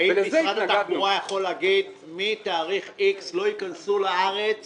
האם משרד התחבורה יכול לומר שמתאריך איקס לא ייכנסו לארץ